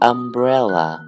Umbrella